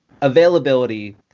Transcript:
availability